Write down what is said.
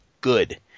good